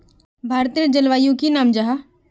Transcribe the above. भारतेर जलवायुर की नाम जाहा?